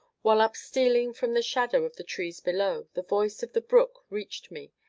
while upstealing from the shadow of the trees below, the voice of the brook reached me,